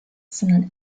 sondern